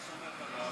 אני סומך עליו.